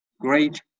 great